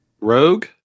Rogue